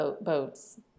Boats